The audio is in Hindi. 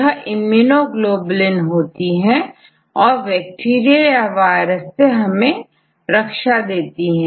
यह इम्यूनोग्लोबुलीन होती है और बैक्टीरिया या वायरस से हमें रक्षा देती है यह इन्हें पहचान कर इन्हें नष्ट कर देती है